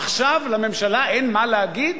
עכשיו לממשלה אין מה להגיד?